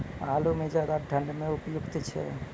आलू म ज्यादा ठंड म उपयुक्त छै?